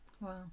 Wow